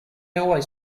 always